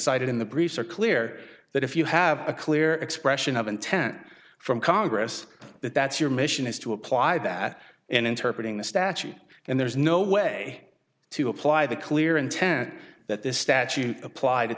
cited in the breeze are clear that if you have a clear expression of intent from congress that that's your mission is to apply that and interpret in the statute and there's no way to apply the clear intent that this statute applied